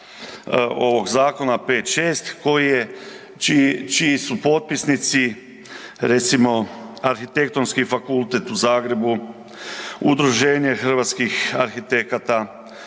ovoga zakona, 5, 6, čiji su potpisnici recimo Arhitektonski fakultet u Zagrebu, Udruženje hrvatskih arhitekata,